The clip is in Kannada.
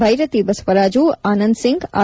ಭೈರತಿ ಬಸವರಾಜು ಆನಂದ್ ಸಿಂಗ್ ಆರ್